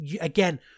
again